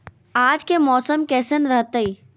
आज के मौसम कैसन रहताई?